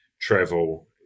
travel